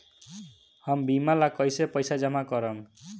हम बीमा ला कईसे पईसा जमा करम?